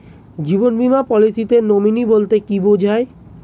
জীবন বীমা পলিসিতে নমিনি বলতে কি বুঝায়?